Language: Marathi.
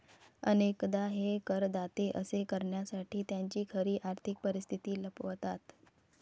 अनेकदा हे करदाते असे करण्यासाठी त्यांची खरी आर्थिक परिस्थिती लपवतात